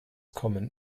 kommen